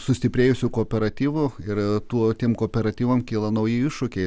sustiprėjusių kooperatyvų ir tuo tiem kooperatyvam kyla nauji iššūkiai